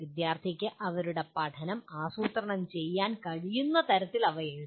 വിദ്യാർത്ഥിക്ക് അവരുടെ പഠനം ആസൂത്രണം ചെയ്യാൻ കഴിയുന്ന തരത്തിൽ അവ എഴുതണം